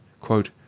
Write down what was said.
quote